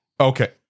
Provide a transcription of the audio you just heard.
Okay